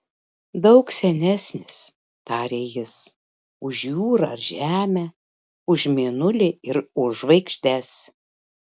daug senesnis tarė jis už jūrą ar žemę už mėnulį ir už žvaigždes